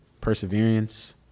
perseverance